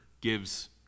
gives